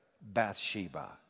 Bathsheba